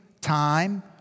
time